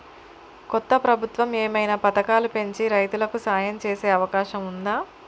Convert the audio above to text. కొత్త ప్రభుత్వం ఏమైనా పథకాలు పెంచి రైతులకు సాయం చేసే అవకాశం ఉందా?